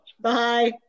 Bye